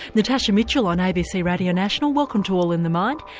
natasha mitchell on abc radio national, welcome to all in the mind.